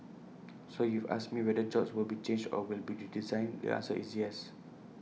so if ask me whether jobs will be changed or will be redesigned the answer is yes